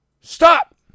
stop